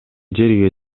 жерге